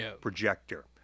projector